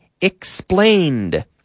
explained